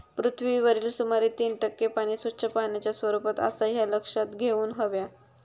पृथ्वीवरील सुमारे तीन टक्के पाणी स्वच्छ पाण्याच्या स्वरूपात आसा ह्या लक्षात घेऊन हव्या